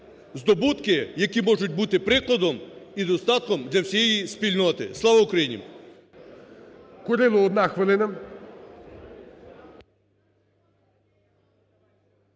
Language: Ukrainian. здобутки, які можуть бути прикладом і достатком для всієї спільноти. Слава Україні!